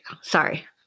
Sorry